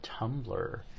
Tumblr